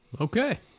Okay